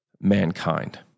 mankind